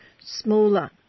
smaller